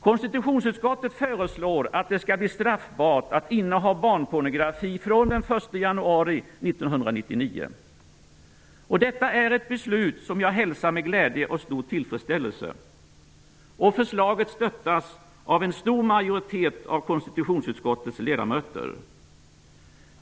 januari 1999. Detta är ett beslut som jag hälsar med glädje och stor tillfredsställelse. Förslaget stöttas av en stor majoritet av konstitutionsutskottets ledamöter.